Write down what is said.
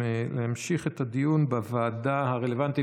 נמשיך את הדיון בוועדה הרלוונטית,